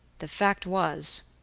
the fact was,